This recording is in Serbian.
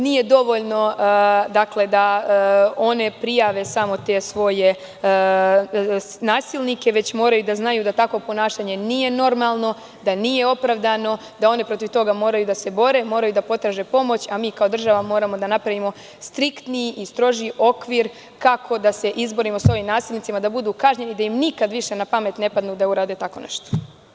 Nije dovoljno da one prijave te svoje nasilnike već moraju da znaju da takvo ponašanje nije normalno, da nije opravdano, da one protiv toga moraju da se bore, moraju da potraže pomoć, a mi kao država moramo da napravimo striktniji i strožiji okvir kako da se izborimo sa ovim nasilnicima da budu kažnjeni, da im nikad više ne padne na pamet da urade tako nešto.